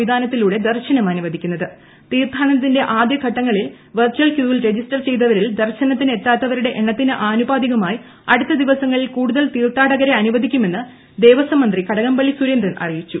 സംവിധാനത്തിലൂടെ ദർശനം തീർഥാടനത്തിന്റെ ആദ്യ രണ്ടു ദിവസങ്ങളിൽ വെർചൽ ക്യൂവിൽ രജിസ്റ്റർ ചെയ്തവരിൽ ദർശനത്തിന് എത്താത്തവരുടെ എണ്ണത്തിന് ആനുപാതികമായി അടുത്ത ദിവസങ്ങളിൽ കൂടുതൽ തീർത്ഥാടകരെ അനുവദിക്കുമെന്ന് ദേവസ്വം മന്ത്രി കടകംപള്ളി സുരേന്ദ്രൻ അറിയിച്ചു